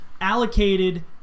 allocated